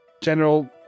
general